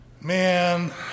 Man